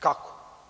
Kako?